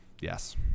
Yes